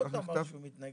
הוא עוד לא אמר שהוא מתנגד.